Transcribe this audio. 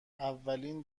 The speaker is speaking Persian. اولین